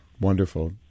wonderful